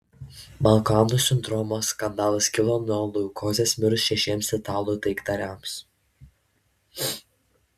balkanų sindromo skandalas kilo nuo leukozės mirus šešiems italų taikdariams